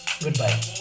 goodbye